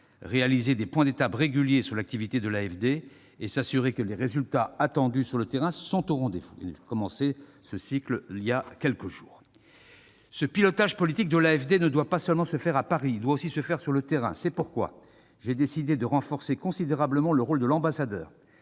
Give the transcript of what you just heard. réaliser des points d'étape réguliers sur l'activité de l'AFD et s'assurer que les résultats attendus sur le terrain sont au rendez-vous. Ce nouveau cycle a été inauguré il y a quelques jours. Ce pilotage politique de l'AFD ne doit pas seulement se faire à Paris. Il doit aussi se faire sur le terrain. C'est pourquoi j'ai décidé de renforcer considérablement le rôle de l'ambassadeur,